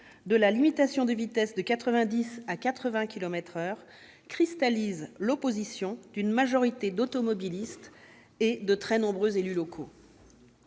de la limitation de vitesse de 90 à 80 kilomètres par heure cristallise l'opposition d'une majorité des automobilistes et de très nombreux élus locaux.